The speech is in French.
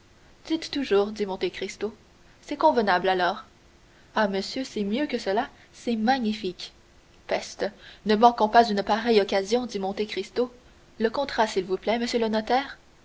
dites toujours fit monte cristo c'est convenable alors ah monsieur c'est mieux que cela c'est magnifique peste ne manquons pas une pareille occasion dit monte cristo le contrat s'il vous plaît monsieur le notaire